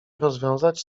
rozwiązać